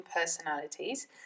personalities